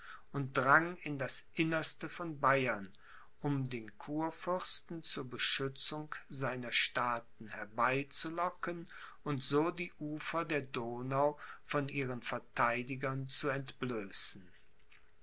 und drang in das innerste von bayern um den kurfürsten zur beschützung seiner staaten herbeizulocken und so die ufer der donau von ihren verteidigern zu entblößen